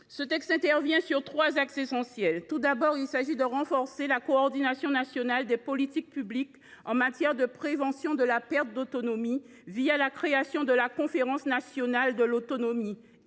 Ce texte intervient sur trois axes essentiels. Tout d’abord, il s’agit de renforcer la coordination nationale des politiques publiques en matière de prévention de la perte d’autonomie, grâce à la création de la conférence nationale de l’autonomie,